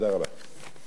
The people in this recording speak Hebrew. תודה רבה.